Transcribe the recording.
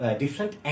different